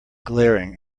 glaring